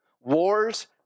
wars